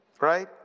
right